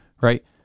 right